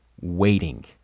waiting